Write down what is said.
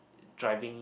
driving